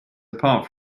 apart